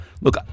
look